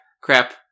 crap